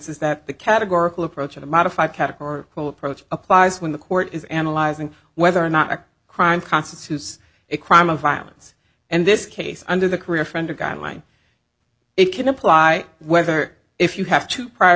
is that the categorical approach of the modified categorical approach applies when the court is analyzing whether or not a crime constitutes a crime of violence and this case under the career friend or guideline it can apply whether if you have two prior